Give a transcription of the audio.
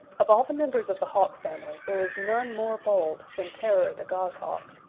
of all the members of the hawk family there is none more bold than terror the goshawk.